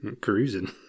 cruising